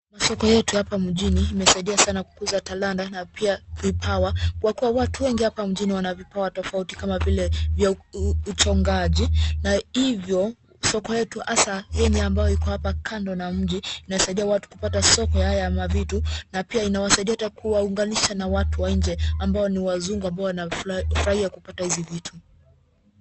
Soko yetu hapa mjini imesaidia sana kukuza talanta na pia vipawa kwa kuwa watu wengi hapa mjini wana vipawa tofauti kama vile vya uchongaji na hivyo soko yetu hasa yenye ambayo iko hapa kando na mji inasaidia watu kupata soko ya haya mavitu na pia inawasaidia hata kuwaunganisha na watu wa nje ambao ni wazungu ambao wanafurahia kupata hizi vitu.